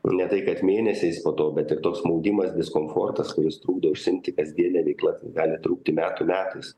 ne tai kad mėnesiais po to bet ir toks maudimas diskomfortas kuris trukdo užsiimti kasdiene veikla gali trukti metų metais